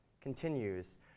continues